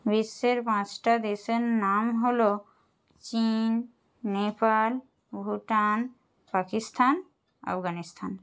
বিশ্বের পাঁচটা দেশের নাম হল চীন নেপাল ভুটান পাকিস্তান আফগানিস্তান